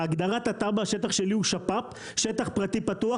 בהגדרת התב"ע, השטח שלי הוא שפ"פ שטח פרטי פתוח.